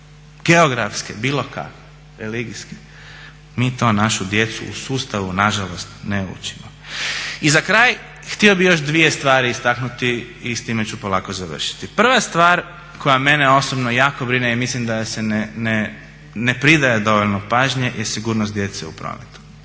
geografske bilo kakve, religijske. Mi to našu djecu u sustavu nažalost ne učimo. I za kraj, htio bi još dvije stvari istaknuti i s time ću polako završiti. Prva stvar koja mene osobno jako brine i mislim da se ne pridaje dovoljno pažnje je sigurnost djece u prometu.